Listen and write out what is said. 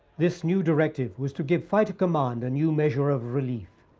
this new directive was to give fighter command a new measure of relief,